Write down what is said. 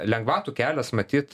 lengvatų kelias matyt